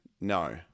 no